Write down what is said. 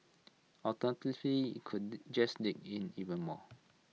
alternatively IT could just dig in even more